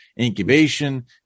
incubation